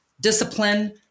discipline